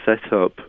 setup